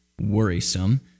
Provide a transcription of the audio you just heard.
worrisome